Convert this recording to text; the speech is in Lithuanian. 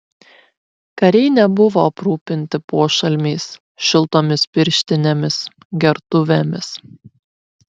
kariai nebuvo aprūpinti pošalmiais šiltomis pirštinėmis gertuvėmis